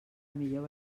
millor